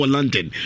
London